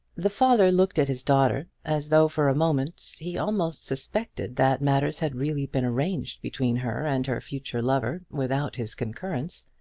the father looked at his daughter as though for a moment he almost suspected that matters had really been arranged between her and her future lover without his concurrence,